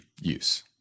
use